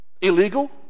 Illegal